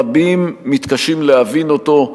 רבים מתקשים להבין אותו.